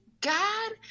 God